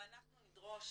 ואנחנו נדרוש